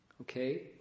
Okay